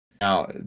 Now